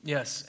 Yes